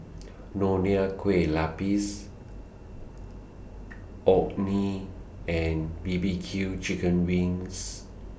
Nonya Kueh Lapis Orh Nee and B B Q Chicken Wings